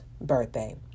birthday